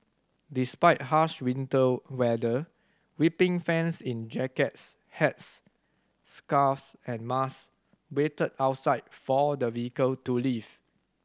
despite harsh winter weather weeping fans in jackets hats scarves and mask waited outside for the vehicle to leave